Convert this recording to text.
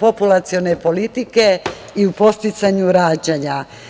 populacione politike i u podsticanju rađanja.